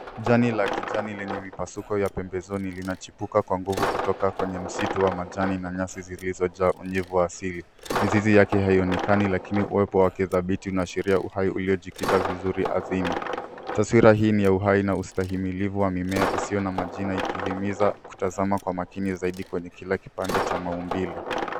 Jani la kijani lenye mpasuko pembezoni linachipuka kwa nguvu kutoka kwenye msitu wa majani na nyasi zilizojaa unyevu wa asili. Mizizi yake hainonekana lakini uwepo wake dhabiti unaashiria uhai uliojikita vizuri ardhini. Taswira hii ni ya uhai na ustahimilivu wa mimea isiyo na majina, ikihimiza kutazama kwa makini zaidi kwenye kila kipande cha maumbile.